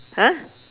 !huh!